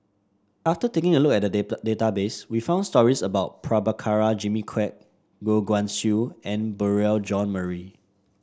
after taking a look at the database we found stories about Prabhakara Jimmy Quek Goh Guan Siew and Beurel Jean Marie